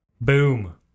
Boom